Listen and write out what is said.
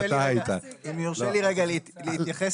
אם יורשה לי רגע להתייחס